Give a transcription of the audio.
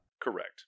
Correct